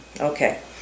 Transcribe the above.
Okay